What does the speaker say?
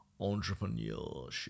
Entrepreneurship